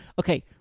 Okay